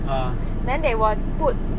then they will put